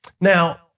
Now